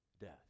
death